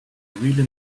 really